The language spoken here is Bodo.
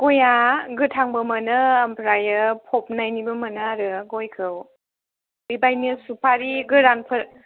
गयआ गोथांबो मोनो आमफ्राइ फबनायनिबो मोनो आरो गयखौ बे बायदिनो सुफारि गोरानफोर